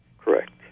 Correct